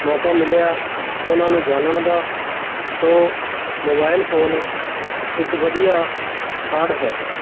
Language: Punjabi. ਮੌਕਾ ਮਿਲਿਆ ਉਹਨਾਂ ਨੂੰ ਜਾਣਨ ਦਾ ਸੋ ਮੋਬਾਇਲ ਫੋਨ ਇੱਕ ਵਧੀਆ ਕਾਢ ਹੈ